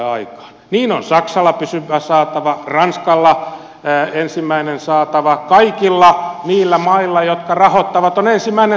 niin on saksalla pysyvä saatava ranskalla ensimmäinen saatava kaikilla niillä mailla jotka rahoittavat on ensimmäinen saatava